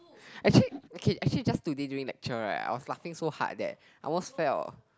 actually okay okay just today during lecture right I was laughing so hard that I almost fell